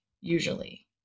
usually